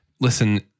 listen